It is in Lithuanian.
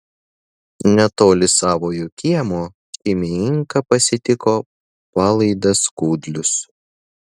netoli savojo kiemo šeimininką pasitiko palaidas kudlius